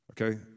Okay